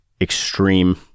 extreme